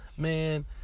Man